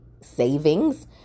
savings